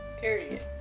Period